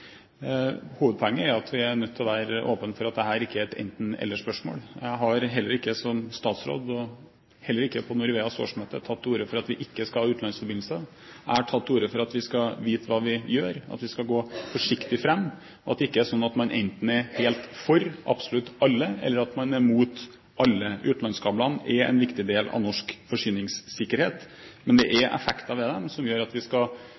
Hovedpoenget er at vi er nødt til å være åpne for at dette ikke er et enten–eller-spørsmål. Jeg har ikke som statsråd, heller ikke på Norweas årsmøte, tatt til orde for at vi ikke skal ha utenlandsforbindelser. Jeg har tatt til orde for at vi skal vite hva vi gjør, at vi skal gå forsiktig fram, at det ikke er sånn at man enten er helt for absolutt alle utenlandskablene, eller at man er imot alle. Utenlandskablene er en del av norsk forsyningssikkerhet, men det er effekter ved dem som gjør at vi skal